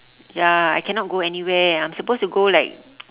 ya I cannot go anywhere I'm supposed to go like